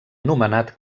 nomenat